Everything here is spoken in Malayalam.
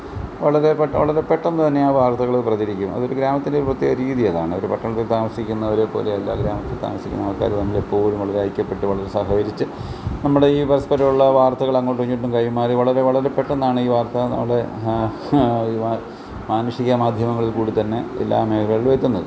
വളരെ പെട്ടെന്ന് വളരെ പെട്ടെന്ന് തന്നെ ആ വാർത്തകൾ പ്രചരിക്കും അതൊരു ഗ്രാമത്തിൽ പ്രത്യേക രീതി അതാണ് ഒരു പട്ടണത്തിൽ താമസിക്കുന്നവരെ പോലെ അല്ല ഗ്രാമത്തിൽ താമസിക്കുന്ന ആൾക്കാർ തമ്മിൽ എപ്പോഴും വളരെ ഐക്യപ്പെട്ട് വളരെ സഹകരിച്ച് നമ്മുടെ ഈ പരസ്പരമുള്ള വാർത്തകൾ അങ്ങോട്ടും ഇങ്ങോട്ടും കൈമാറി വളരെ വളരെ പെട്ടെന്നാണ് ഈ വാർത്ത നമ്മുടെ മാനുഷിക മാധ്യമങ്ങളിൽ കൂടിത്തന്നെ എല്ലാ മേഖലകളിലുമെത്തുന്നത്